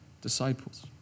disciples